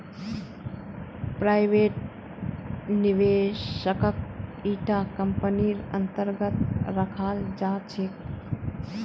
private निवेशकक इटा कम्पनीर अन्तर्गत रखाल जा छेक